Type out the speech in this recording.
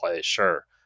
sure